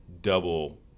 double